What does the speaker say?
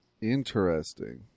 Interesting